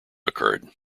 occurred